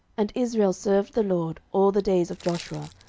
and israel served the lord all the days of joshua,